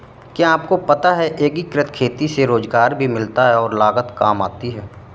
क्या आपको पता है एकीकृत खेती से रोजगार भी मिलता है और लागत काम आती है?